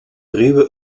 ruwe